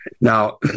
Now